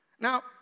Now